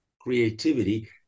creativity